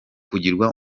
kugirwa